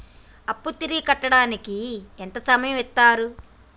అప్పు తిరిగి కట్టడానికి ఎంత సమయం ఇత్తరు?